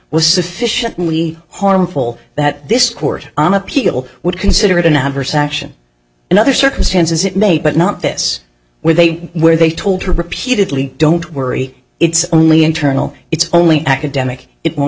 sufficiently harmful that this court on appeal would consider it an adverse action in other circumstances it may but not this where they where they told her repeatedly don't worry it's only internal it's only academic it won't